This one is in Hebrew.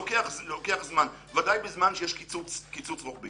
לוקח זמן, בוודאי בזמן שיש קיצוץ רוחבי.